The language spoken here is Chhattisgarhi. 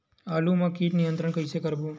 आलू मा कीट नियंत्रण कइसे करबो?